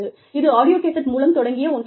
இது ஆடியோகேசட் மூலம் தொடங்கிய ஒன்றாகும்